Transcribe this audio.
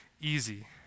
easy